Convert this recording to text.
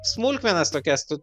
smulkmenas tokias tu